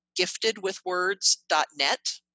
giftedwithwords.net